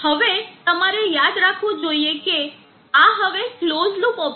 હવે તમારે યાદ રાખવું જોઈએ કે આ હવે ક્લોઝલૂપ ઓપરેશન છે